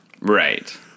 Right